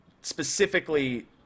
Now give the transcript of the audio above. specifically